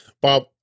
Bob